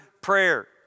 prayer